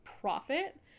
profit